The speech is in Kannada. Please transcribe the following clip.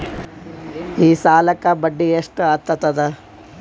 ಈ ಸಾಲಕ್ಕ ಬಡ್ಡಿ ಎಷ್ಟ ಹತ್ತದ?